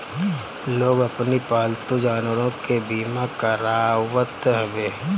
लोग अपनी पालतू जानवरों के बीमा करावत हवे